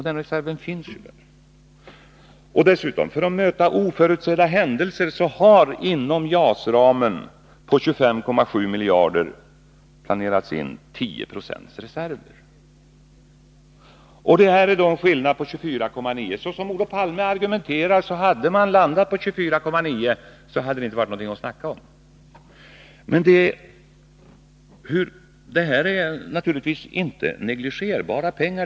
Det finns alltså en reserv. För att klara oförutsedda händelser har dessutom, inom JAS-ramen på 25,7 miljarder, planerats in en reserv på 10 926. Socialdemokraternas förslag lyder på 24,9 miljarder, och med utgångspunkt i Olof Palmes argumentation hade det alltså inte varit något att diskutera om vi hade landat på 24,9 miljarder.